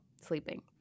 sleeping